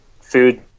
food